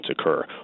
occur